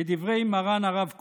לדברי מרן הרב קוק,